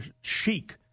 chic